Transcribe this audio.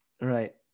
Right